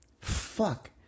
Fuck